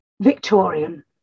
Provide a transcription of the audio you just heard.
Victorian